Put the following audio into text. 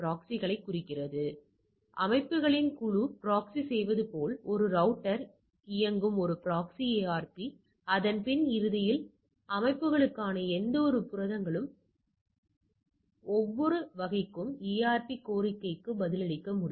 85 ஆக மாறும் சோதனை புள்ளிவிவரம் என்பது 28 எனவே வெளிப்படையாக நாம் இன்மை கருதுகோளை நிராகரிக்க முடியாது